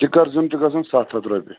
کِکِر زیُن چھُ گژھان سَتھ ہَتھ رۄپیہِ